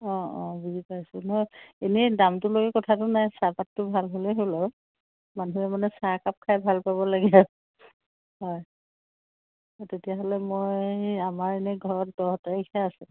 অঁ অঁ বুজি পাইছোঁ মই এনেই দামটো লৈ কথাটো নাই চাহপাতটো ভাল হ'লেই হ'ল আৰু মানুহে মানে চাহ কাপ খাই ভাল পাব লাগে হয় সেই তেতিয়া হ'লে মই আমাৰ এনেই ঘৰত দহ তাৰিখে আছে